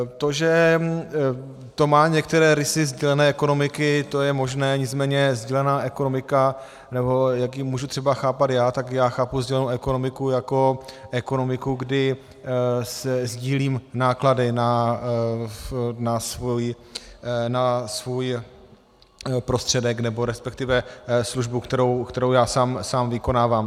To, že to má některé rysy sdílené ekonomiky, to je možné, nicméně sdílená ekonomika nebo jak ji mohu třeba chápat já, tak já chápu sdílenou ekonomiku jako ekonomiku, kdy sdílím náklady na svůj prostředek, nebo respektive službu, kterou já sám vykonávám.